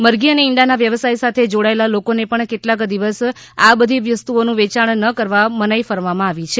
મરઘી અને ઈંડાના વ્યવસાય સાથે જોડાયેલા લોકોને પણ કેટલાક દિવસ આ બધી વસ્તુઓનું વેચાણ કરવા મનાઇ ફરમાવી છે